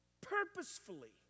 Purposefully